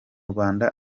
rwanda